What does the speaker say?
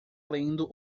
lendo